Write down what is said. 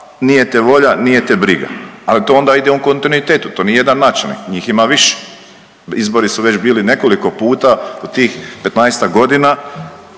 nije te volja, nije te briga, ali to onda ide u kontinuitetu to nije jedan načelnik, njih ima više. Izbori su već bili nekoliko puta u tih 15-ak godina